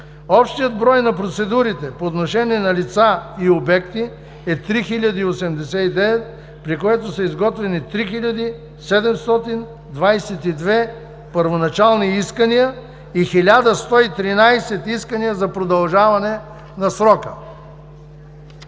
Общият брой на процедурите по отношение на лица и обекти е 3089, при което са изготвени 3722 първоначални искания и 1113 искания за продължаване на срока.